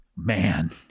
Man